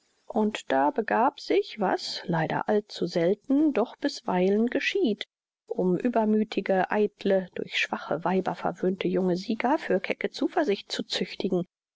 und da begab sich was leider allzuselten doch bisweilen geschieht um übermüthige eitle durch schwache weiber verwöhnte junge sieger für kecke zuversicht zu züchtigen